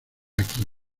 aquí